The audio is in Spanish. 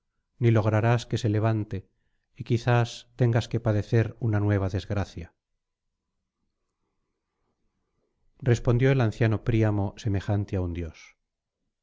ni lograrás que se levante y quizás tengas que padecer una nueva desgracia respondió el anciano príamo semejante á un dios